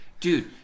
Dude